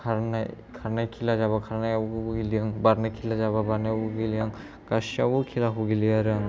खारनाय खेला जाबा खारनायावबो गेलेयो आं बारनाय खेला जाबा बारनायावबो गेलेयो आं गासैयावबो खेलाखौ गेलेयो आरो आं